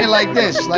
like this, like